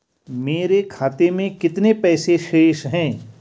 मेरे खाते में कितने पैसे शेष हैं?